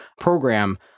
program